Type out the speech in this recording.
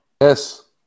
yes